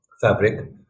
fabric